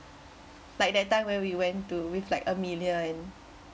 like that time when we went to with like amelia and